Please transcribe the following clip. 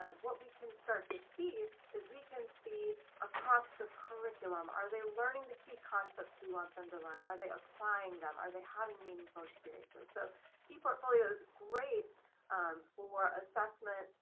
what we can start to see is we can see across the curriculum, are they learning the key concepts we want them to learn? are they applying them? are they having meaningful experiences, so eportfolios, great for assessment,